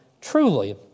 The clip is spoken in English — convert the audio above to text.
truly